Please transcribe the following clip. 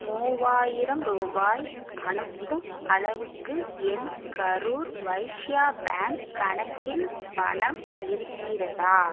மூவாயிரம் ரூபாய் அனுப்பும் அளவுக்கு என் கரூர் வைஸ்யா பேங்க் கணக்கில் பணம் இருக்கிறதா